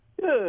Good